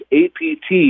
apt